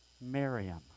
Miriam